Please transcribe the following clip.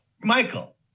Michael